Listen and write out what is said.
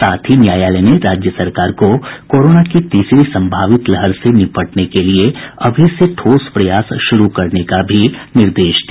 साथ ही न्यायालय ने राज्य सरकार को कोरोना की तीसरी संभावित लहर से निपटने के लिए अभी से ठोस प्रयास शुरू करने का भी निर्देश दिया